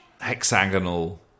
hexagonal